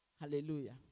Hallelujah